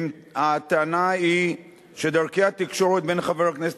הטענה היא שדרכי התקשורת בין חבר הכנסת